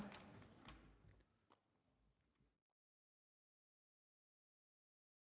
Tak,